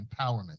empowerment